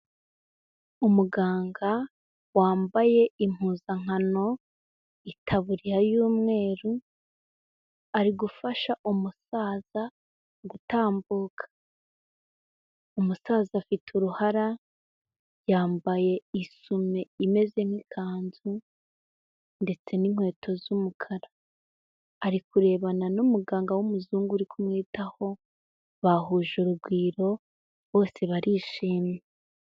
Umuganga wambaye impuzankano itaburiya y'umweru arigufasha umusaza gutambuka. Umusaza afite uruhara yambaye isume imeze nk'ikanzu ndetse n'inkweto z'umukara. Arikurebana n'umuganga w'umuzungu urikumwitaho bahuje urugwiro bose barishimye.